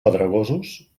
pedregosos